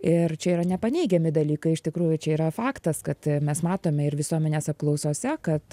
ir čia yra nepaneigiami dalykai iš tikrųjų čia yra faktas kad mes matome ir visuomenės apklausose kad